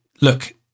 look